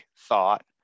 thought